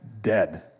dead